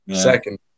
Second